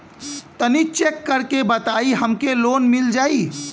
तनि चेक कर के बताई हम के लोन मिल जाई?